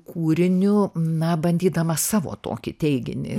kūriniu na bandydamas savo tokį teiginį